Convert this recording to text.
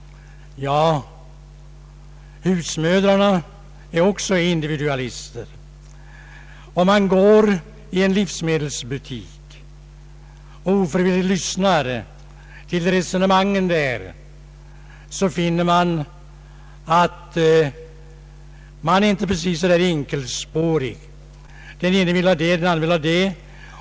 Husmödarna är också individualister. Om man går i en livsmedelsbutik och ofrivilligt lyssnar till resonemangen där, finner man att kunderna inte precis är så enkelspåriga. Den ena vill ha det, den andra vill ha det.